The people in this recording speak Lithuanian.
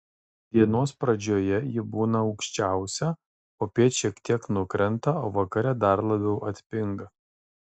dienos pradžioje ji būna aukščiausia popiet šiek tiek nukrenta o vakare dar labiau atpinga